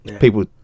people